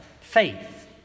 faith